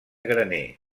graner